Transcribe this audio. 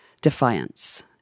defiance